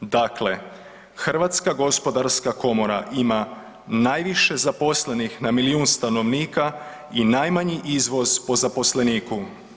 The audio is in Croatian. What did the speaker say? Dakle, Hrvatska gospodarska komora ima najviše zaposlenih na milijun stanovnika i najmanji izvoz po zaposleniku.